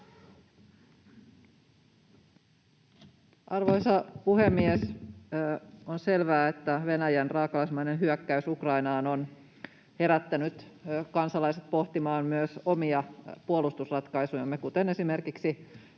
Arvoisa puhemies! On selvää, että Venäjän raakalaismainen hyökkäys Ukrainaan on herättänyt kansalaiset pohtimaan myös omia puolustusratkaisujamme, kuten esimerkiksi